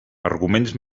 arguments